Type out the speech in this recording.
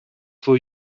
for